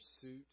pursuit